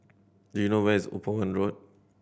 do you know where is Upavon Road